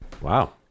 Wow